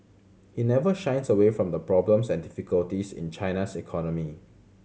he never shies away from the problems and difficulties in China's economy